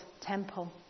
temple